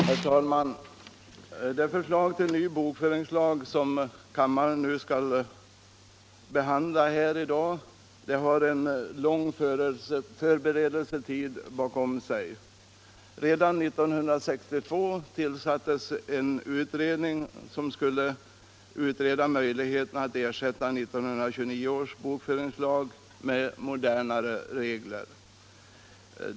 Herr talman! Det förslag till ny bokföringslag som kammaren nu skall behandla har en lång förberedelsetid bakom sig. Redan 1962 tillsattes en utredning som skulle utreda möjligheterna att ersätta 1929 års bokföringslag med modernare regler.